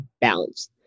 balance